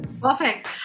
perfect